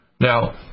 Now